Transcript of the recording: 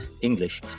English